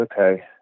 okay